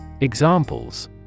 Examples